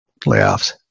layoffs